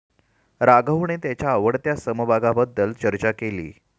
राघवने त्याच्या आवडत्या समभागाबद्दल चर्चा केली